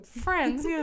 friends